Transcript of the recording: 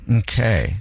okay